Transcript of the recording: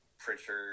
Pritchard